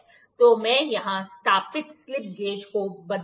तो मैं यहां स्थापित स्लिप गेज को बदल दूं